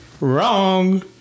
Wrong